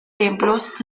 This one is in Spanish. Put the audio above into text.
templos